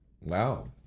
Wow